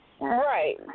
Right